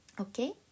Okay